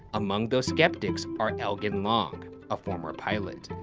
among those skeptics are elgen long, a former pilot,